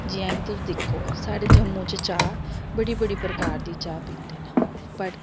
जि'यां कि तुस दिक्खो साढ़े जम्मू च चाह् बड़ी बड़ी प्रकार दी चाह् पींदे न बट